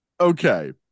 okay